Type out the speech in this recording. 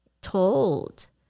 told